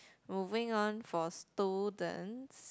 moving on for students